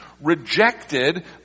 rejected